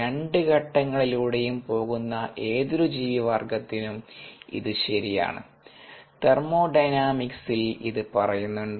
2 ഘട്ടങ്ങളിലൂടെയും പോകുന്ന ഏതൊരു ജീവിവർഗ്ഗത്തിനും ഇത് ശരിയാണ് തെർമോഡൈനാമിക്സിൽ ഇത് പറയുന്നുണ്ട്